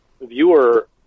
viewer